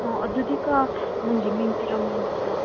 ꯑꯗꯨꯗꯤꯀꯣ ꯅꯪꯒꯤ ꯃꯤꯡ ꯄꯤꯔꯝꯃꯣꯗꯅ